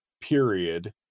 period